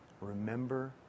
Remember